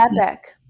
epic